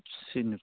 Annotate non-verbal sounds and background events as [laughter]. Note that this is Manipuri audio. [unintelligible]